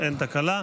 אין תקלה.